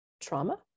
trauma